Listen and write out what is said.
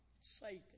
Satan